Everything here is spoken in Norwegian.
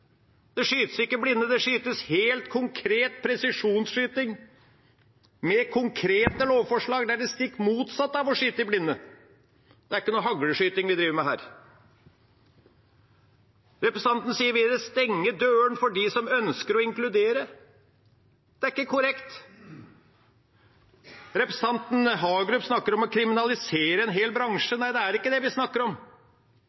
Det skytes ikke i blinde, det skytes helt konkret – presisjonsskyting med konkrete lovforslag. Det er det stikk motsatte av å skyte i blinde. Det er ikke noe hagleskyting vi driver med her. Representanten sier videre: « stenger døren for de man ønsker å inkludere». Det er ikke korrekt. Representanten Hagerup snakker om å kriminalisere en hel bransje.